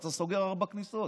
אתה סוגר ארבע כניסות,